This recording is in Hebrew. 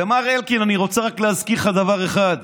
ומר אלקין, אני רוצה להזכיר לך דבר אחד: